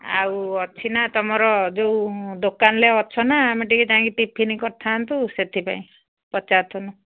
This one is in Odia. ଆଉ ଅଛି ନା ତୁମର ଯୋଉ ଦୋକାନରେ ଅଛ ନା ଆମେ ଟିକେ ଯାଇକି ଟିଫିନ କରିଥାନ୍ତୁ ସେଥିପାଇଁ ପଚାରାରୁଥିଲୁ